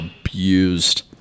abused